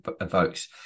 evokes